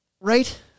right